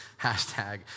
Hashtag